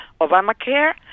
Obamacare